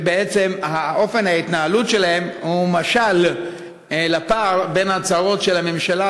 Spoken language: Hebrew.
שאופן ההתנהלות שלהם הוא משל לפער בין ההצהרות של הממשלה